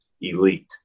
elite